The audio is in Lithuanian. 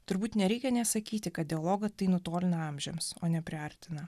turbūt nereikia nė sakyti kad dialogą tai nutolina amžiams o nepriartina